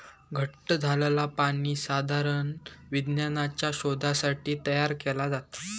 घट्ट झालंला पाणी साधारण विज्ञानाच्या शोधासाठी तयार केला जाता